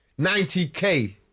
90k